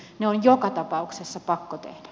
ne on joka tapauksessa pakko tehdä